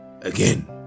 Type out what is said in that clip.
again